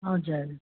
हजुर